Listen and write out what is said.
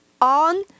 on